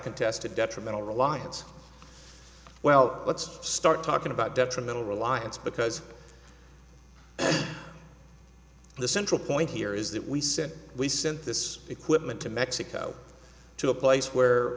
contested detrimental reliance well let's start talking about detrimental reliance because the central point here is that we said we sent this equipment to mexico to a place where